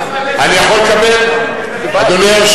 השר מיכאל איתן: לא,